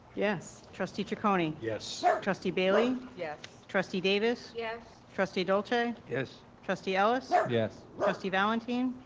yes. trustee ciccone. yes. trustee bailey. yes. trustee davis. yes. trustee dolce. yes. trustee ellis. yes. trustee valentin.